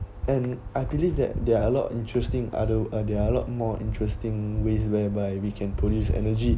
and I believe that there are a lot of interesting other uh there are a lot more interesting ways whereby we can produce energy